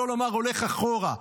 שלא לומר הולך אחורה.